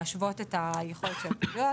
להשוות את היכולת של ---.